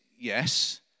Yes